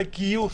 ולגיוס,